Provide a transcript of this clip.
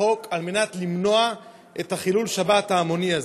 החוק כדי למנוע את חילול השבת ההמוני הזה?